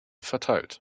verteilt